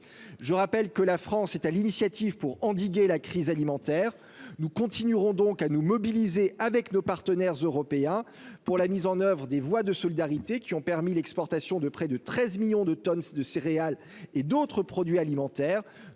je rappelle que la France est à l'initiative pour endiguer la crise alimentaire, nous continuerons donc à nous mobiliser avec nos partenaires européens pour la mise en oeuvre des voies de solidarité qui ont permis l'exportation de près de 13 millions de tonnes de céréales et d'autres produits alimentaires